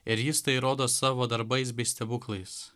ir jis tai rodo savo darbais bei stebuklais